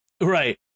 Right